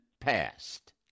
passed